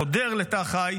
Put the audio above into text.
חודר לתא החי,